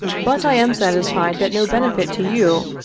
but i am satisfied that no benefit to you,